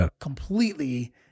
completely